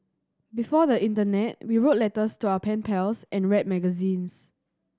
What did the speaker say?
before the internet we wrote letters to our pen pals and read magazines